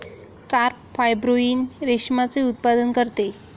carp fibroin रेशमाचे उत्पादन करते